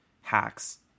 hacks